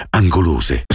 angolose